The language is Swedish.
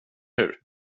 hur